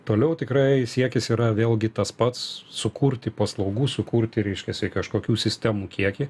toliau tikrai siekis yra vėlgi tas pats sukurti paslaugų sukurti reiškiasi kažkokių sistemų kiekį